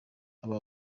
aba